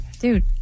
Dude